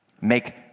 make